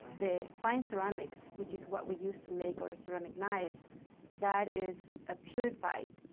the fine ceramics which is what we use to make our ceramic knives that is a purified,